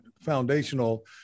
foundational